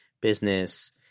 business